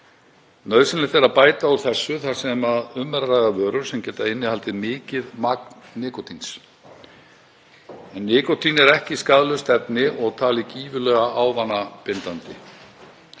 Nauðsynlegt er að bæta úr þessu þar sem um er að ræða vörur sem geta innihaldið mikið magn nikótíns. Nikótín er ekki skaðlaust efni og talið gífurlega ávanabindandi.